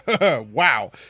wow